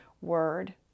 word